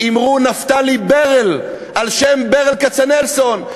אמרו: נפתלי ברל, על שם ברל כצנלסון.